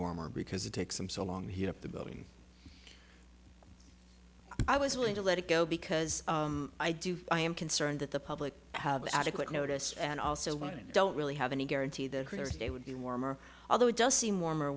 warmer because it takes them so long heat up the building i was willing to let it go because i do i am concerned that the public have adequate notice and also what i don't really have any guarantee the critters they would be warmer although it does seem warmer